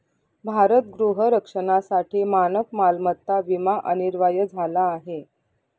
भारत गृह रक्षणासाठी मानक मालमत्ता विमा अनिवार्य झाला आहे